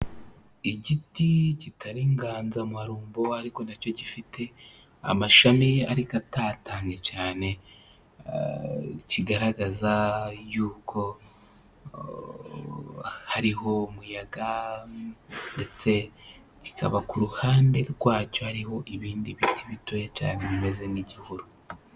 Igiti kitari inganzamarumbo ariko nacyo gifite amashami ariko atatanye cyane kigaragaza yuko hariho umuyaga ndetse kikaba ku ruhande rwacyo hariho ibindi biti bitoya cyane bimeze nk'igihuru.